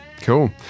Cool